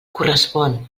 correspon